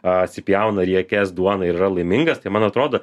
atsipjauna riekes duoną ir yra laimingas tai man atrodo